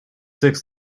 six